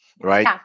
right